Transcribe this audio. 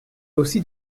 aussi